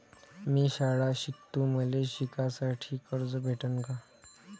मी शाळा शिकतो, मले शिकासाठी कर्ज भेटन का?